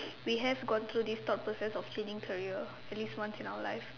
we have gone through this thought process of changing career at least once in our life